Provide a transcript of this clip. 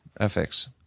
FX